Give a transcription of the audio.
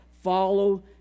Follow